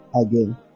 again